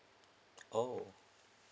oh